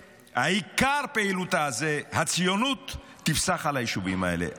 שעיקר פעילותה זו הציונות, תפסח על היישובים האלה.